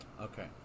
Okay